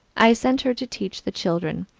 i sent her to teach the children,